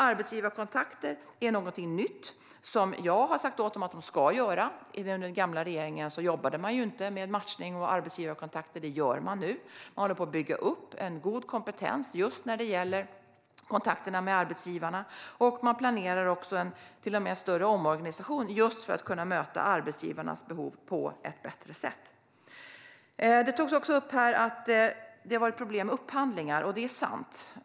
Arbetsgivarkontakter är något nytt, som jag har sagt åt dem att de ska arbeta med. Under den förra regeringen jobbade man inte med matchning och arbetsgivarkontakter; det gör man nu. Man håller på att bygga upp en god kompetens just när det gäller kontakterna med arbetsgivarna, och man planerar till och med en större omorganisation för att kunna möta arbetsgivarnas behov på ett bättre sätt. Det togs också upp att det har varit problem med upphandlingar, och det är sant.